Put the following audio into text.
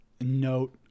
note